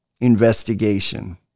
investigation